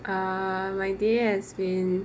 err my day has been